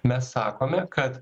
mes sakome kad